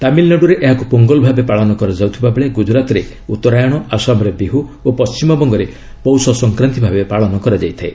ତାମିଲ୍ନାଡୁରେ ଏହାକୁ ପୋଙ୍ଗଲ୍ ଭାବେ ପାଳନ କରାଯାଉଥିବାବେଳେ ଗୁଜରାତ୍ରେ ଉତ୍ତରାୟଣ ଆସାମ୍ରେ ବିହୁ ଓ ପଣ୍ଟିମବଙ୍ଗରେ ପୌଷ ସଂକ୍ରାନ୍ତି ଭାବେ ପାଳନ କରାଯାଇଥାଏ